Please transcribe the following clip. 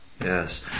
Yes